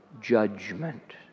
judgment